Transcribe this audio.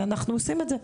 אנחנו עושים את זה.